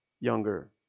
younger